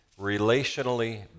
relationally